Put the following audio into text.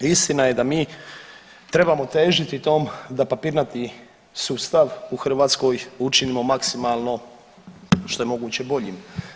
Istina je da mi trebamo težiti tom da papirnati sustav u Hrvatskoj učinimo maksimalno što je moguće boljim.